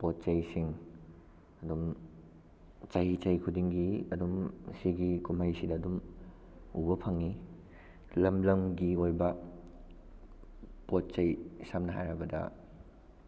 ꯄꯣꯠ ꯆꯩꯁꯤꯡ ꯑꯗꯨꯝ ꯆꯍꯤ ꯆꯍꯤ ꯈꯨꯗꯤꯡꯒꯤ ꯑꯗꯨꯝ ꯁꯤꯒꯤ ꯀꯨꯝꯍꯩꯁꯤꯗ ꯑꯗꯨꯝ ꯎꯕ ꯐꯪꯉꯤ ꯂꯝ ꯂꯝꯒꯤ ꯑꯣꯏꯕ ꯄꯣꯠ ꯆꯩ ꯁꯝꯅ ꯍꯥꯏꯔꯕꯗ